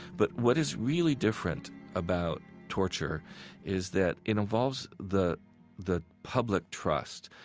but what is really different about torture is that it involves the the public trust.